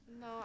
No